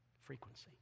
frequency